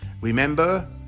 Remember